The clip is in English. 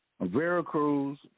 Veracruz